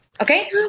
Okay